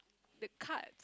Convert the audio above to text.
the card